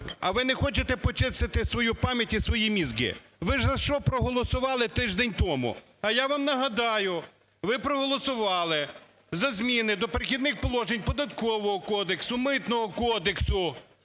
А ви не хочете почистити свою пам'ять і свої мізки: ви за що проголосували тиждень тому? А я вам нагадаю: ви проголосували за зміни до "Перехідних положень" Податкового кодексу, Митного кодексу